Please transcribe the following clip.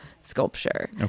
sculpture